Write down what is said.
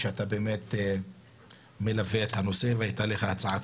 שאתה באמת מלווה את הנושא והייתה לך הצעת